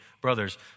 Brothers